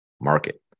market